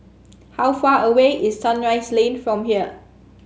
how far away is Sunrise Lane from here